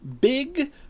big